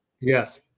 Yes